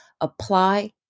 apply